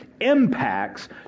impacts